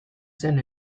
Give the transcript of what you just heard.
zen